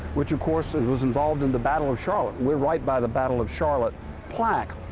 which of course was involved in the battle of charlotte. we're right by the battle of charlotte plaque.